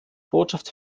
botschaft